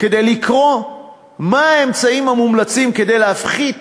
כדי לקרוא מה האמצעים המומלצים כדי להפחית